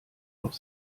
auch